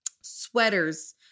sweaters